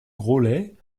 groslay